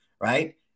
Right